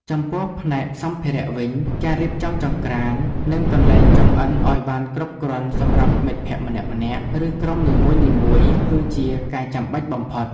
ចំពោះផ្នែកសម្ភារៈវិញ ការរៀបចំចង្ក្រាន និងកន្លែងចម្អិនឱ្យបានគ្រប់គ្រាន់សម្រាប់មិត្តភក្តិម្នាក់ៗ ឬក្រុមនីមួយៗ គឺជាការចាំបាច់បំផុត។